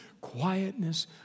quietness